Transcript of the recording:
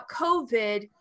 COVID